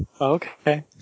Okay